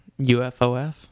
UFOF